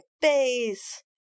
face